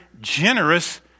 generous